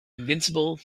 invincible